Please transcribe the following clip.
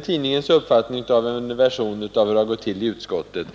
tidningens version av hur det gått till i utskottet.